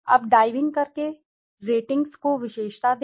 अब डाइविंग करके रेटिंग्स को विशेषता दें